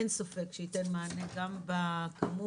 אין ספק שייתן מענה גם בכמות,